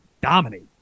dominate